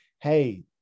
Hey